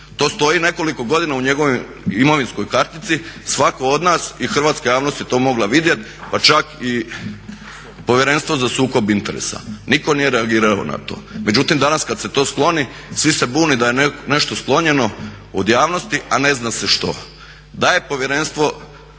To stoji nekoliko godina u njegovoj imovinskoj kartici, svatko od nas i hrvatska javnost je to mogla vidjeti pa čak i Povjerenstvo za sukob interesa. Nitko nije reagirao na to. Međutim, danas kada se to skloni svi se bune da je nešto sklonjeno od javnosti a ne zna se što. Da je povjerenstvo